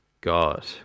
God